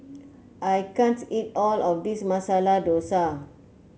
I can't eat all of this Masala Dosa